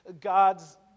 God's